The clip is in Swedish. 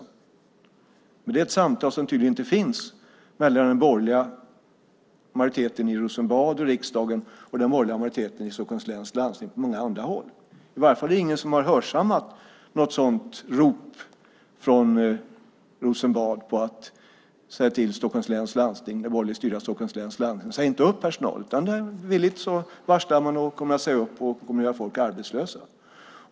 Men det är ett samtal som tydligen inte finns mellan den borgerliga majoriteten i Rosenbad och riksdagen och den borgerliga majoriteten i Stockholms läns landsting och på många andra håll. Det är i alla fall ingen som har hörsammat något sådant rop från Rosenbad till det borgerligt styrda Stockholms läns landsting om att inte säga upp personal, utan villigt varslar man och kommer att säga upp och göra folk arbetslösa.